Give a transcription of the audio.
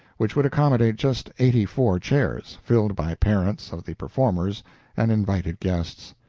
which would accommodate just eighty-four chairs, filled by parents of the performers and invited guests.